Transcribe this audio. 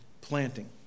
Planting